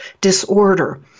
disorder